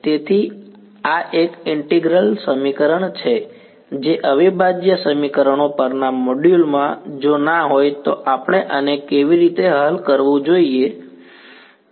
તેથી આ એક ઈન્ટિગ્રલ સમીકરણ છે જે અવિભાજ્ય સમીકરણો પરના મોડ્યુલ માં જો ના હોય તો આપણે આને કેવી રીતે હલ કરવું તે જોયું છે